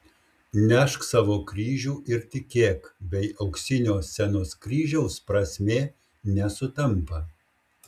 nešk savo kryžių ir tikėk bei auksinio scenos kryžiaus prasmė nesutampa